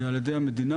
על ידי המדינה.